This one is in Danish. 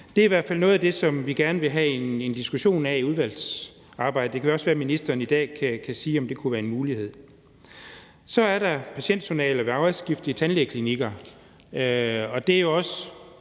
Det er i hvert fald noget af det, som vi gerne vil have en diskussion af i udvalgsarbejdet. Det kan også være, ministeren i dag kan sige, om det kunne være en mulighed. Så er der patientjournaler ved ejerskifte i tandlægeklinikker,